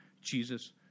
Jesus